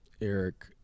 Eric